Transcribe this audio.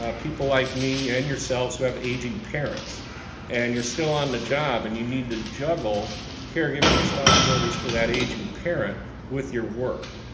ah people like me and yourselves who have aging parents and you're still on the job and you need to juggle caregiving responsibilities for that aging parent with your work.